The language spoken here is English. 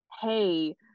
Hey